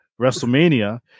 Wrestlemania